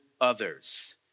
others